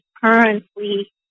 currently